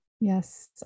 Yes